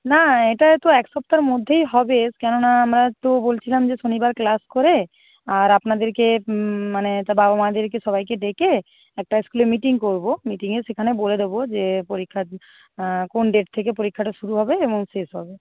না এটা তো এক সপ্তাহর মধ্যেই হবে কেন না আমরা তো বলছিলাম যে শনিবার ক্লাস করে আর আপনাদেরকে মানে বাবা মাদেরকে সবাইকে ডেকে একটা স্কুলে মিটিং করবো মিটিংয়ে সেখানেও বলে দেবো যে পরীক্ষা কোন ডেট থেকে পরীক্ষাটা শুরু হবে এবং শেষ হবে